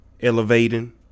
elevating